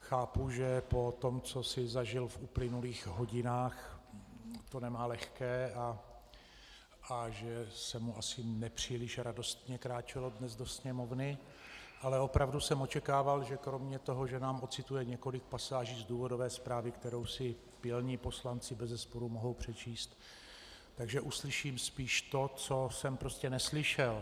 Chápu, že po tom, co si zažil v uplynulých hodinách, to nemá lehké a že se mu asi nepříliš radostně kráčelo dnes do Sněmovny, ale opravdu jsem očekával, že kromě toho, že nám ocituje několik pasáží z důvodové zprávy, kterou si pilní poslanci bezesporu mohou přečíst, tak že uslyším to, co jsem prostě neslyšel.